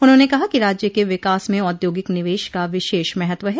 उन्होंने कहा कि राज्य के विकास में औद्योगिक निवेश का विशेष महत्व है